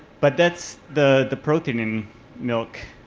but that's the the protein in milk,